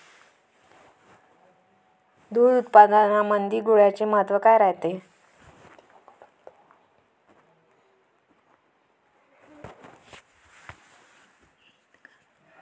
दूध उत्पादनामंदी गुळाचे महत्व काय रायते?